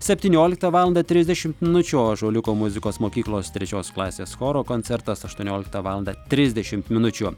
septynioliktą valandą trisdešimt minučių o ąžuoliuko muzikos mokyklos trečios klasės choro koncertas aštuonioliktą valandą trisdešimt minučių